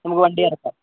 നമുക്ക് വണ്ടിയിറക്കാം